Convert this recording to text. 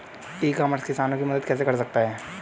ई commerce किसानों की मदद कैसे कर सकता है?